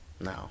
No